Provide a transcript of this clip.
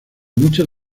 muchos